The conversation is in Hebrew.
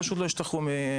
הם פשוט לא ישתחררו מהכלא.